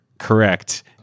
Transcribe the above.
correct